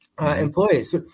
employees